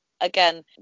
again